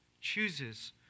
chooses